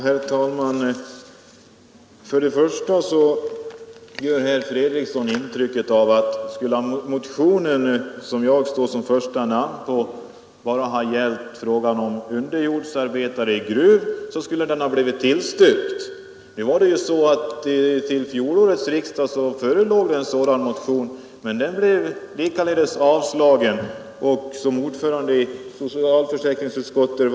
Herr talman! Herr Fredriksson vill ge intrycket av att om den motion, under vilken mitt namn står först, bara skulle ha gällt underjordsarbetare i Gruv, skulle den ha blivit tillstyrkt. Till fjolårets riksdag förelåg en sådan motion, men den blev också avstyrkt. Även den gången satt herr Fredriksson som ordförande i socialförsäkringsutskottet.